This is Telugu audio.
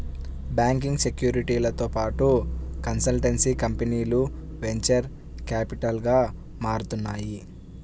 బ్యాంకింగ్, సెక్యూరిటీలతో పాటు కన్సల్టెన్సీ కంపెనీలు వెంచర్ క్యాపిటల్గా మారుతున్నాయి